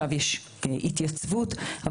בגרמניה - התייצבות במדדים,